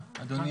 אדוני,